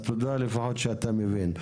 לפחות תודה על זה שאתה מבין.